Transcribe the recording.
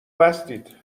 بستید